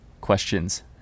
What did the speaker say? questions